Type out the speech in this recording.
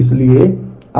इसलिए आप इसे अनडू करें